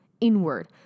inward